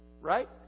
right